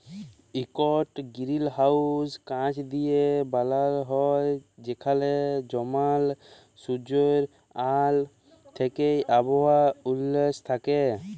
ইকট গিরিলহাউস কাঁচ দিঁয়ে বালাল হ্যয় যেখালে জমাল সুজ্জের আল থ্যাইকে আবহাওয়া উস্ল থ্যাইকে